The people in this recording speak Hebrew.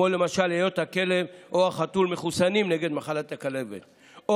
למשל היות הכלב או החתול מחוסנים נגד מחלת הכלבת או